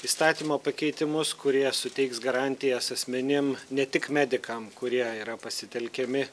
įstatymo pakeitimus kurie suteiks garantijas asmenim ne tik medikam kurie yra pasitelkiami